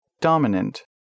dominant